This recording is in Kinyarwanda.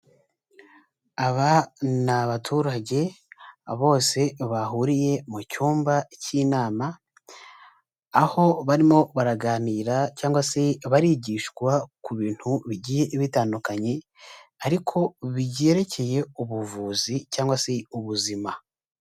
Aba ni abaturage bose bahuriye mu cyumba cy'inama, aho barimo baraganira cyangwa barigishwa ku bintu bigiye bitandukanye, ariko byerekeye ubuvuzi cyangwa se ubuzima.